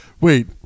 Wait